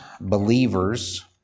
believers